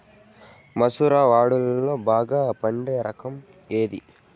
మసూర వడ్లులో బాగా పండే రకం ఏది?